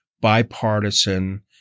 bipartisan